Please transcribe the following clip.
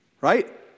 Right